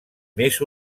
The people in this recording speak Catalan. més